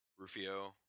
Ruffio